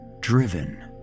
driven